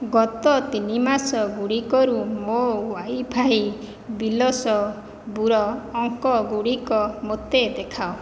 ଗତ ତିନି ମାସଗୁଡ଼ିକରୁ ମୋ ୱାଇଫାଇ ବିଲ୍ସବୁର ଅଙ୍କଗୁଡ଼ିକ ମୋତେ ଦେଖାଅ